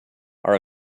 are